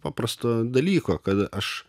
paprasto dalyko kad aš